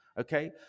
okay